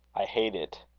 i hate it.